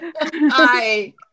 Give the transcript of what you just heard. Hi